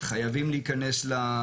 חייבים להיכנס.